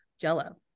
jello